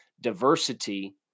diversity